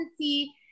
see